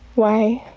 why,